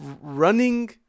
running